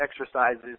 exercises